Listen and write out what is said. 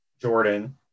Jordan